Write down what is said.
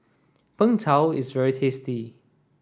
Png Tao is very tasty